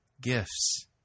gifts